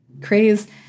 craze